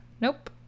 Nope